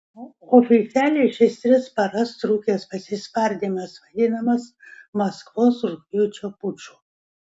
oficialiai šis tris paras trukęs pasispardymas vadinamas maskvos rugpjūčio puču